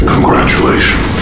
Congratulations